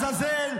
לטייסים,